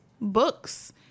books